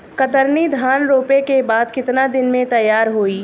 कतरनी धान रोपे के बाद कितना दिन में तैयार होई?